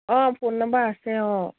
অঁ phone number আছে অঁ